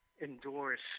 endorse